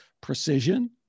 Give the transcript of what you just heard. precision